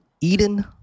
Eden